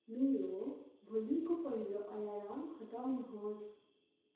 मेरो भोलिको पहिलो अलार्म हटाउनु होस्